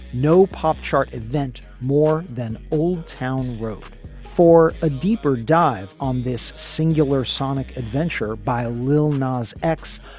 no pop chart event more than old town road for a deeper dive on this singular sonic adventure by lil nas x.